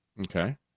Okay